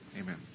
Amen